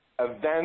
Events